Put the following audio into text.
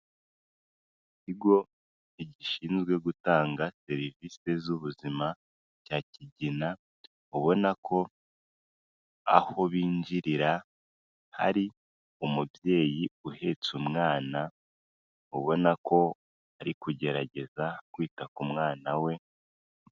Ikigo gishinzwe gutanga serivisi z'ubuzima cya Kigina, ubona ko aho binjirira hari umubyeyi uhetse umwana, ubona ko ari kugerageza kwita ku mwana we.